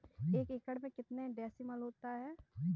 एक एकड़ में कितने डिसमिल होता है?